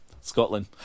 Scotland